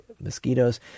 mosquitoes